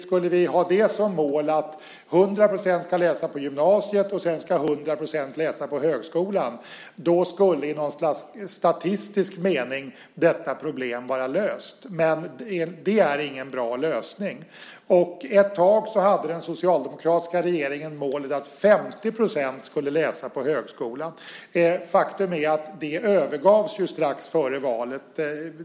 Om vi hade som mål att 100 % ska läsa på gymnasiet och att 100 % ska läsa på högskolan skulle i någon statistisk mening problemet vara löst. Det är ingen bra lösning. Den socialdemokratiska regeringen hade ett tag målet att 50 % skulle läsa på högskolan. Faktum är att det övergavs strax före valet.